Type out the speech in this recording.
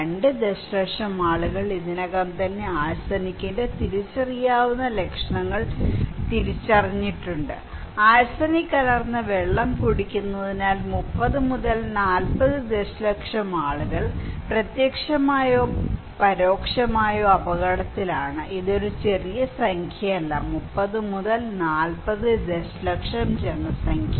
2 ദശലക്ഷം ആളുകൾ ഇതിനകം തന്നെ ആർസെനിക്കിന്റെ തിരിച്ചറിയാവുന്ന ലക്ഷണങ്ങൾ തിരിച്ചറിഞ്ഞിട്ടുണ്ട് ആർസെനിക് കലർന്ന വെള്ളം കുടിക്കുന്നതിനാൽ 30 മുതൽ 40 ദശലക്ഷം ആളുകൾ പരോക്ഷമായോ നേരിട്ടോ അപകടത്തിലാണ് ഇത് ഒരു ചെറിയ സംഖ്യയല്ല 30 മുതൽ 40 ദശലക്ഷം ജനസംഖ്യ